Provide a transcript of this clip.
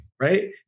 Right